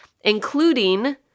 including